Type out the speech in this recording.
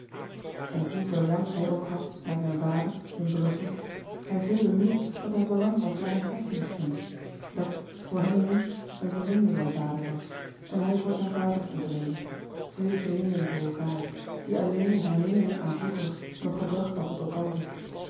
en hoe verlangd hij ook had naar zijn vader in brussel hij voelde nu dat hij verlangd had naar een hersenschim dat voor hem nu een vreemde zijn vader was en hij voor zijn vader een vreemde twee vreemden voor elkaâr die alleen een herinnering aan vroeger nog gebracht had tot elkander